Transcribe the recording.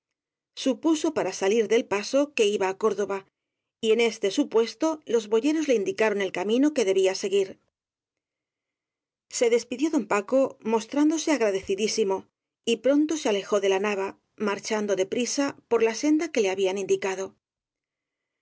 supuso para sa lir del paso que iba á córdoba y en este supues to los boyeros le indicaron el camino que debía seguir se despidió don paco mostrándose agradecidí simo y pronto se alejó de la nava marchando de prisa por la senda que le habían indicado